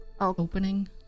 Opening